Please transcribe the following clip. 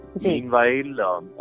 meanwhile